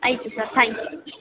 ಆಯಿತು sir thank